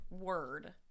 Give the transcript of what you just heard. word